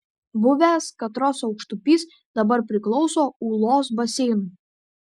buvęs katros aukštupys dabar priklauso ūlos baseinui